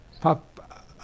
Pop